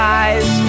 eyes